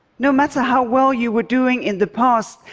no matter how well you were doing in the past,